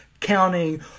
Counting